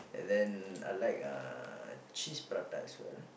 then I like uh cheese prata as well